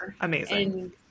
amazing